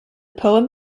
poem